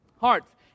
hearts